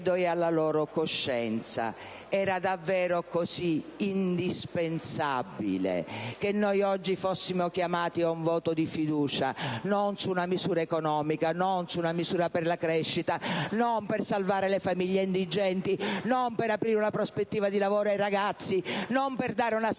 loro e alla loro coscienza chiedo: era davvero così indispensabile che noi oggi fossimo chiamati ad un voto di fiducia non su una misura economica, non su una misura per la crescita, non per salvare le famiglie indigenti, non per aprire una prospettiva di lavoro ai ragazzi, non per dare una speranza